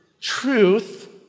truth